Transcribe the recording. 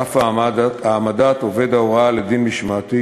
ואף העמדת עובד ההוראה לדין משמעתי